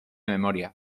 memoria